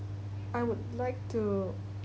I would like to